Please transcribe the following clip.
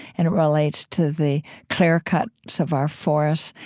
and it relates to the clear-cuts so of our forests.